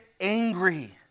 angry